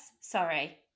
sorry